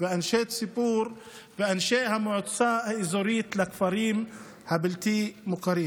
אנשי ציבור ואנשי המועצה האזורית של הכפרים הבלתי-מוכרים.